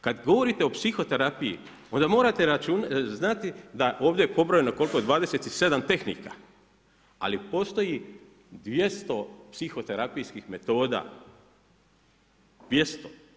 Kad govorite o psihoterapiji onda morate znati da ovdje je pobrojeno koliko 27 tehnika, ali postoji 200 psihoterapijskih metoda, 200.